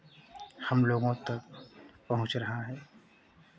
हम लोगों तक पहुँच रहा है